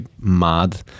mad